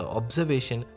observation